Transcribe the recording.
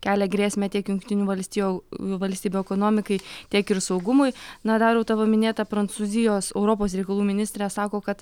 kelia grėsmę tiek jungtinių valstijų valstybių ekonomikai tiek ir saugumui na daliau tavo minėta prancūzijos europos reikalų ministrė sako kad